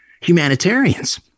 humanitarians